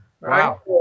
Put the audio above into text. Wow